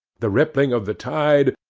the rippling of the tide,